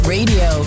Radio